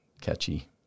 catchy